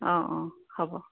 অঁ অঁ হ'ব